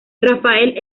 rafael